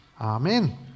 Amen